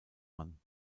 mann